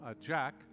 Jack